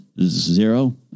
Zero